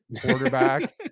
quarterback